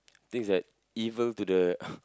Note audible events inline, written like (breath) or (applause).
things that evil to the (breath)